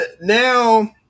now